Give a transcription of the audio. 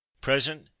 Present